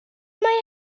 mae